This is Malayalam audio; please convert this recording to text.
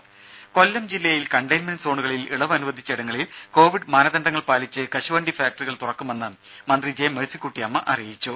രുമ കൊല്ലം ജില്ലയിൽ കണ്ടയിൻമെന്റ് സോണുകളിൽ ഇളവ് അനുവദിച്ച ഇടങ്ങളിൽ കോവിഡ് മാനദണ്ഡങ്ങൾ പാലിച്ച് കശുവണ്ടി ഫാക്ടറികൾ തുറക്കുമെന്ന് മന്ത്രി ജെ മേഴ്സിക്കുട്ടിയമ്മ അറിയിച്ചു